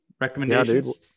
recommendations